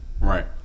Right